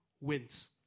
wins